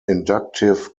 inductive